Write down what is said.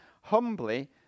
humbly